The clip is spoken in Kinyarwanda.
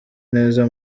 neza